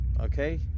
Okay